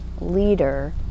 leader